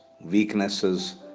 weaknesses